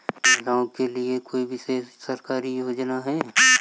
क्या महिलाओं के लिए कोई विशेष सरकारी योजना है?